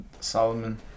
Solomon